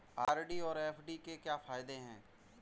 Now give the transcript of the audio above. RD और FD के क्या फायदे हैं?